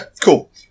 cool